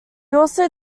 also